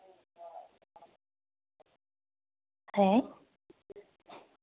ᱦᱮᱸ